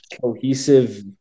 cohesive